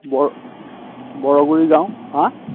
বৰ বৰগুৰি গাঁও হা